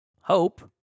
hope